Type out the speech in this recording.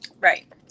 Right